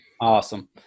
Awesome